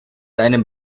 einem